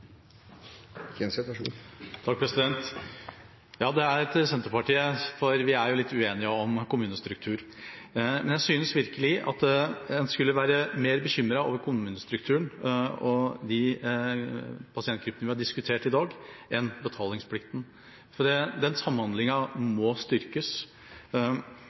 Det er til Senterpartiet, for vi er litt uenige om kommunestruktur: Jeg synes virkelig at en skulle være mer bekymret over kommunestrukturen og de pasientgruppene vi har diskutert i dag, enn betalingsplikten, for samhandlinga må styrkes.